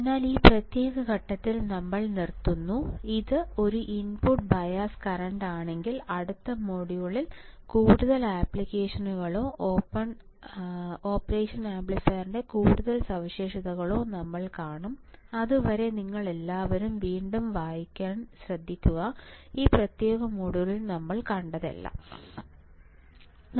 അതിനാൽ ഈ പ്രത്യേക ഘട്ടത്തിൽ നമ്മൾ നിർത്തും ഇത് ഒരു ഇൻപുട്ട് ബയസ് കറന്റാണെങ്കിൽ അടുത്ത മൊഡ്യൂളിൽ കൂടുതൽ ആപ്ലിക്കേഷനുകളോ ഓപ്പറേഷൻ ആംപ്ലിഫയറിന്റെ കൂടുതൽ സവിശേഷതകളോ നമ്മൾ കാണും അതുവരെ നിങ്ങൾ എല്ലാവരും വീണ്ടും വായിക്കാൻ ശ്രദ്ധിക്കുന്നു ഈ പ്രത്യേക മൊഡ്യൂളിൽ നമ്മൾ കണ്ടതെല്ലാം